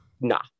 Nah